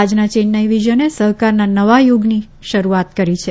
આજના ચેન્નાઇ વિઝીયને સહકારના નવા યુગની શરૂઆત કરી છે